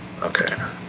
Okay